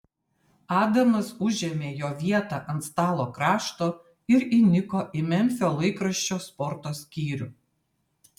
adamas užėmė jo vietą ant stalo krašto ir įniko į memfio laikraščio sporto skyrių